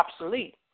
obsolete